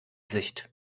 sicht